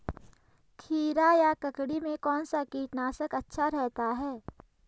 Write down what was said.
खीरा या ककड़ी में कौन सा कीटनाशक अच्छा रहता है?